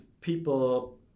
people